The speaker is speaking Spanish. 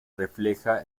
refleja